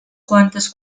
quantes